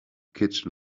kitchen